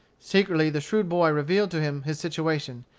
secretly the shrewd boy revealed to him his situation,